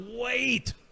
wait